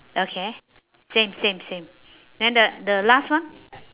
okay same same same then the the last one